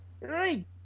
right